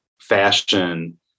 fashion